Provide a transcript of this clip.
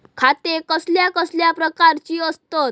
खाते कसल्या कसल्या प्रकारची असतत?